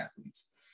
athletes